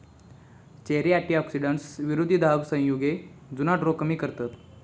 cherry antioxidants, विरोधी दाहक संयुगे, जुनाट रोग कमी करतत